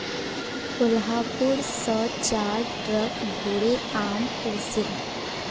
कोहलापुर स चार ट्रक भोरे आम ओसील